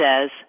says